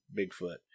Bigfoot